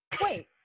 wait